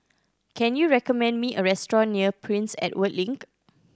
can you recommend me a restaurant near Prince Edward Link